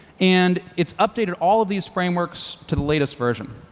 and it's updated all of these frameworks to the latest version.